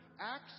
Acts